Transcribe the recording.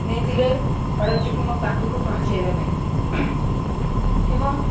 ନେଇଥିଲେ ଅର୍ଡ଼ର୍ଟିକୁ ମୋ ପାଖକୁ ପହଞ୍ଚାଇବା ପାଇଁ ଏବଂ